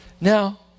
Now